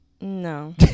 No